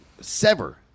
sever